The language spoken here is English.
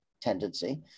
tendency